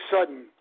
sudden